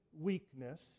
weakness